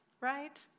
right